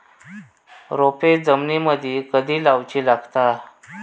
रोपे जमिनीमदि कधी लाऊची लागता?